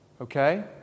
Okay